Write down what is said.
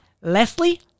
leslie